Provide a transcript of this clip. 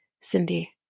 Cindy